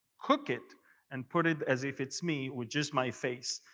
cook it and put it as if it's me with just my face.